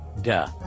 Duh